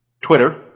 Twitter